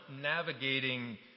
navigating